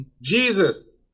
Jesus